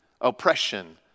oppression